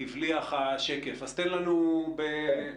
הבליח השקף, אז תציג לנו בקצרה.